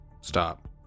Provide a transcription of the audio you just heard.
stop